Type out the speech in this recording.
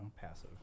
passive